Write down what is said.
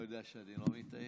אתה לא יודע שאני לא מתעייף?